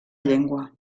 llengua